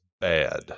bad